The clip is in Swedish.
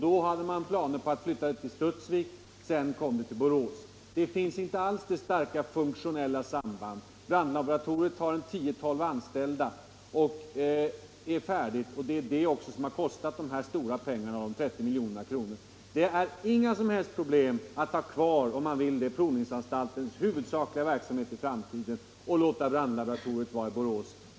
Då hade man planer på att flytta det till Studsvik. Sedan kom det till Borås. Det starka funktionella samband med provningsanstalten i övrigt som herr Nyhage talar om finns inte alls. Brandlaboratoriet har 10-12 anställda, och det är färdigt. Det är också det som har dragit den här stora kostnaden på 30 milj.kr. Det är inga som helst problem att, om man så vill, i framtiden ha provningsanstaltens huvudsakliga verksamheter kvar i Stockholm och låta brandlaboratoriet vara i Borås.